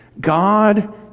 God